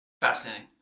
Fascinating